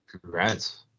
Congrats